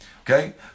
Okay